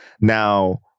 Now